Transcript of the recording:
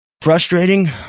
frustrating